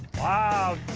wow.